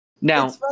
Now